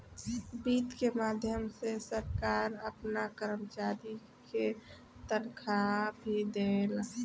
वित्त के माध्यम से सरकार आपना कर्मचारी के तनखाह भी देवेला